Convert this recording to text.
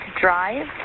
Drive